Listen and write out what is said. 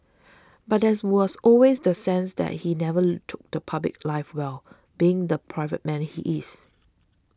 but there as was always the sense that he never took to public life well being the private man he is